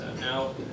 Now